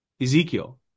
Ezekiel